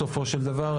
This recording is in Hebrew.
בסופו של דבר,